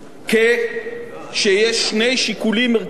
כששני שיקולים מרכזיים לנגד עינינו.